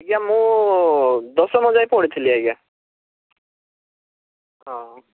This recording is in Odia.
ଆଜ୍ଞା ମୁଁ ଦଶମ ଯାଏଁ ପଢ଼ିଥିଲି ଆଜ୍ଞା ହଁ